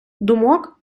думок